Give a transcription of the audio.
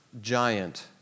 giant